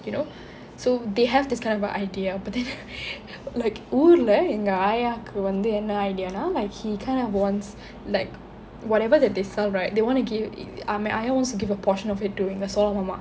you know so they have this kind of a idea but then like ஊருலே எங்க ஆயாக்கு என்ன:oorule enga aayakku enna idea like he kind of wants like whatever that they sell right they want to give ஆயா:aaya to give a portion of it to எங்க சோல மாமா:enga sola maama